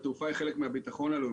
והתעופה היא חלק מהביטחון הלאומי.